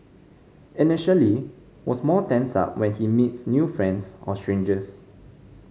initially was more tensed up when he meets new friends or strangers